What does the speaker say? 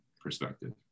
perspective